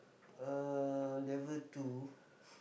uh level two